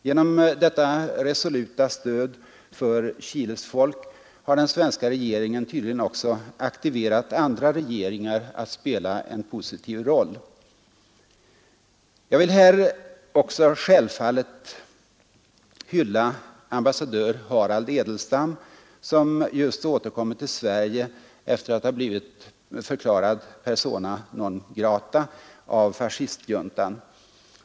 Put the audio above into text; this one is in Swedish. Genom detta resoluta stöd för Chiles folk har den svenska regeringen tydligen också aktiverat andra regeringar att spela en positiv roll. Jag vill här självfallet hylla ambassadör Harald Edelstam, som just återkommit till Sverige efter att ha blivit förklarad persona non grata av fascistjuntan.